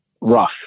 rough